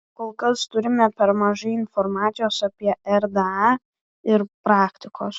kol kas turime per mažai informacijos apie rda ir praktikos